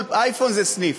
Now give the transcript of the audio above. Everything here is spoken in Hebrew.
כל אייפון זה סניף.